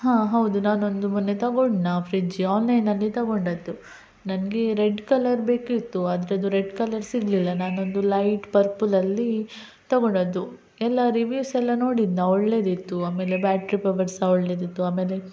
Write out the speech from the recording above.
ಹಾಂ ಹೌದು ನಾನೊಂದು ಮೊನ್ನೆ ತೊಗೊಂಡ್ನಾ ಫ್ರಿಜ್ ಆನ್ಲೈನಲ್ಲಿ ತಗೊಂಡಿದ್ದು ನನಗೆ ರೆಡ್ ಕಲರ್ ಬೇಕಿತ್ತು ಅದ್ರದ್ದು ರೆಡ್ ಕಲರ್ ಸಿಗಲಿಲ್ಲ ನಾನೊಂದು ಲೈಟ್ ಪರ್ಪುಲ್ಲಲ್ಲಿ ತೊಗೊಂಡಿದ್ದು ಎಲ್ಲ ರಿವ್ಯೂಸೆಲ್ಲ ನೋಡಿದ್ನ ಒಳ್ಳೆಯದಿತ್ತು ಆಮೇಲೆ ಬ್ಯಾಟ್ರಿ ಪವರ್ ಸಹ ಒಳ್ಳೆಯದಿತ್ತು ಆಮೇಲೆ